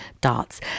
Darts